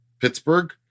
Pittsburgh